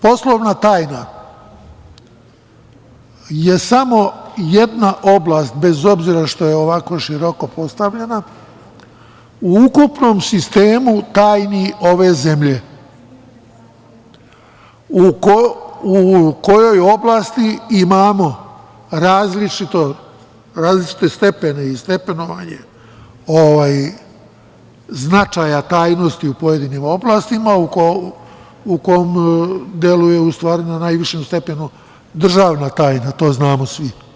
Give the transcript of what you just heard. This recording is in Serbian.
Poslovna tajna je samo jedna oblast, bez obzira što je ovako široko postavljena, u ukupnom sistemu tajni ove zemlje, u kojoj oblasti imamo različite stepene ili stepenovanje značaja tajnosti u pojedinim oblastima, u kom delu je u stvari na najvišem stepenu državna tajna, to znamo svi.